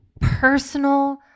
personal